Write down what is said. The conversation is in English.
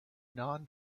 non